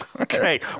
Okay